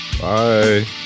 Bye